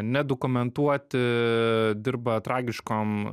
nedokumentuoti dirba tragiškom